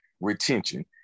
retention